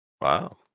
Wow